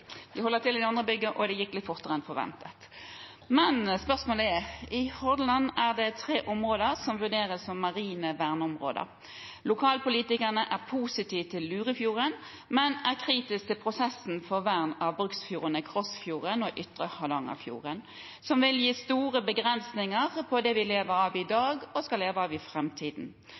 til klima- og miljøministeren som rette vedkommende. Jeg må bare beklage. Jeg holder til i det andre bygget, og det gikk litt fortere enn forventet. Spørsmålet er: «I Hordaland er det tre områder som vurderes som marine verneområder. Lokalpolitikerne er positive til Lurefjorden, men kritiske til prosessen for vern av bruksfjordene Krossfjorden og Ytre Hardangerfjorden, som vil gi store begrensninger på det vi lever av i dag og i fremtiden.